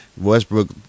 Westbrook